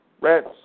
Reds